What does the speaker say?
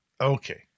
Okay